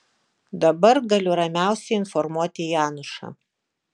dabar galiu ramiausiai informuoti janušą